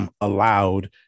allowed